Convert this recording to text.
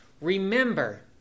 Remember